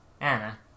Anna